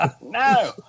No